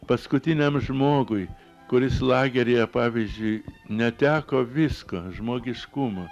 paskutiniam žmogui kuris lageryje pavyzdžiui neteko visko žmogiškumo